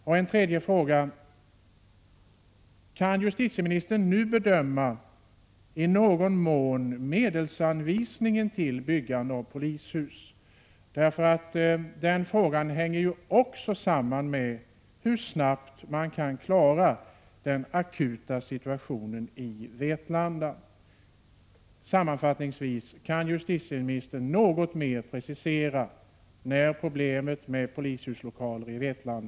För det tredje: Kan justitieministern i någon mån nu bedöma medelsanvisningen till byggande av polishus? Den frågan hänger också samman med hur snabbt man klarar den akuta situationen i Vetlanda.